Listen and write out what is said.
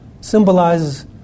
symbolizes